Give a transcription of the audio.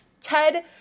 Ted